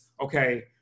okay